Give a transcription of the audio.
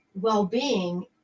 well-being